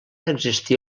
existir